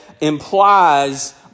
implies